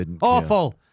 awful